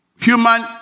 Human